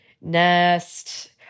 Nest